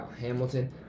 Hamilton